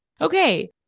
okay